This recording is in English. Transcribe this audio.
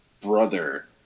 brother